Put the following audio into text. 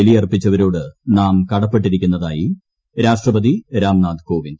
ബലിയർപ്പിച്ചവരോട് നാം കട്ട്പ്പ്പ്ട്ടിരിക്കുന്നതായി രാഷ്ട്രപതി രാംനാഥ് കോപ്പിന്ദ്